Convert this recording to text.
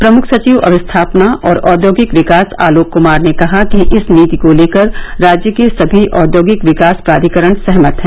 प्रमुख सचिव अवस्थापना और औद्योगिक विकास आलोक कुमार ने कहा कि इस नीति को लेकर राज्य के समी औद्योगिक विकास प्राधिकरण सहमत है